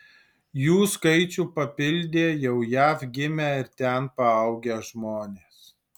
jų skaičių papildė jau jav gimę ir ten paaugę žmonės